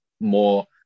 more